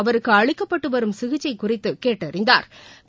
அவருக்குஅளிக்கப்பட்டுவரும் சிகிச்சைகுறித்தகேட்டறிந்தாா்